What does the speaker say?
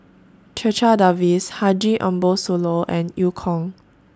Checha Davies Haji Ambo Sooloh and EU Kong